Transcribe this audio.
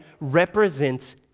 represents